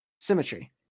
Symmetry